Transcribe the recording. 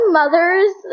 mothers